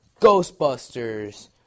Ghostbusters